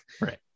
right